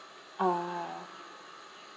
uh